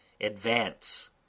ADVANCE